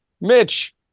Mitch